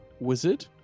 Wizard